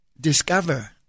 discover